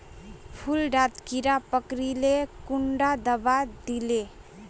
फुल डात कीड़ा पकरिले कुंडा दाबा दीले?